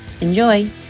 Enjoy